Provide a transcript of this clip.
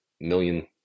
million